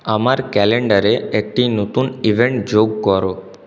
আমার ক্যালেন্ডারে একটি নতুন ইভেন্ট যোগ করো